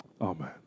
Amen